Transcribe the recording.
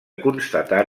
constatar